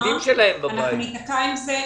שינוי המנגנון אנחנו ניתקע עם זה בהמשך.